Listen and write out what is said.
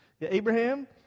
Abraham